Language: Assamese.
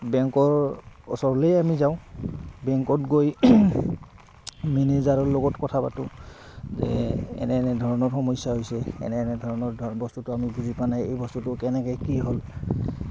বেংকৰ ওচৰলেই আমি যাওঁ বেংকত গৈ মেনেজাৰৰ লগত কথা পাতোঁ যে এনে এনেধৰণৰ সমস্যা হৈছে এনে এনেধৰণৰ বস্তুটো আমি বুজি পোৱা নাই এই বস্তুটো কেনেকে কি হ'ল